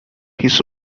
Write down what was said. his